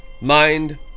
mind